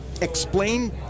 Explain